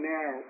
now